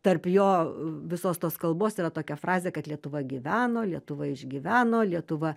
tarp jo visos tos kalbos yra tokia frazė kad lietuva gyveno lietuva išgyveno lietuva